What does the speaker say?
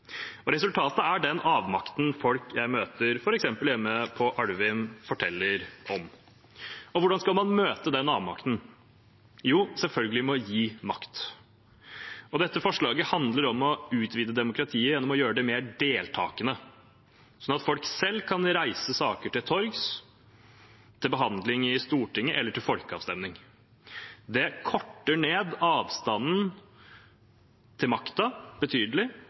Resultatet er den avmakten folk jeg møter, f.eks. hjemme på Alvim, forteller om. Hvordan skal man møte den avmakten? Jo, selvfølgelig med å gi makt. Dette forslaget handler om å utvide demokratiet gjennom å gjøre det mer deltakende, sånn at folk selv kan reise saker til torgs, til behandling i Stortinget eller til folkeavstemning. Det korter ned avstanden til makten betydelig,